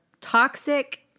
toxic